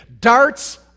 Darts